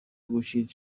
گوشیت